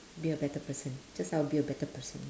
be a better person just how to be a better person